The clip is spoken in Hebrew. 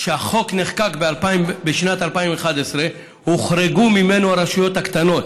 כשהחוק נחקק בשנת 2011 הוחרגו ממנו הרשויות הקטנות,